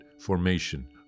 formation